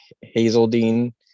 Hazeldean